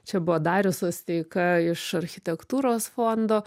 čia buvo darius osteika iš architektūros fondo